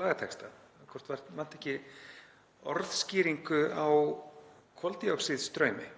lagatexta, hvort það vanti ekki orðskýringu á koldíoxíðstraumi.